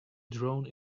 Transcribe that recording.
drone